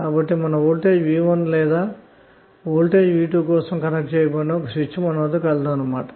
కాబట్టిమన వద్ద voltage V1 లేదా voltage V2 కోసం కనెక్ట్ చేయబడిన ఒక స్విచ్ కలదు అన్న మాట